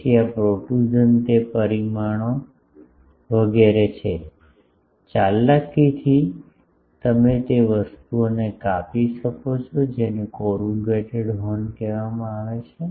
તેથી આ પ્રોટ્રુઝન તે પરિમાણો વગેરે છે ચાલાકીથી તમે તે વસ્તુઓને કાપી શકો છો જેને કોરુગેટેડ હોર્ન કહેવામાં આવે છે